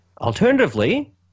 Alternatively